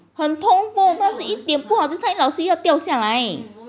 他的很通风很通风但是一点不好就是它捞是要掉下来